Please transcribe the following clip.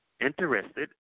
interested